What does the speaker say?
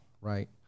Right